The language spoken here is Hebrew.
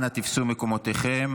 אנא תפסו את מקומותיכם.